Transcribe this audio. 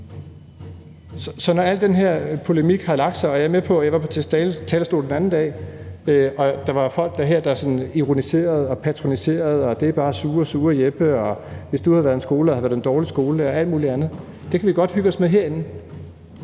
Så der er al den her polemik – jeg var på talerstolen den anden dag, og der var folk, der ironiserede og patroniserede: Det er bare sure, sure Jeppe, hvis du havde været skolelærer, havde du været en dårlig skolelærer, og alt muligt andet. Det kan vi godt hygge os med herinde,